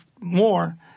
more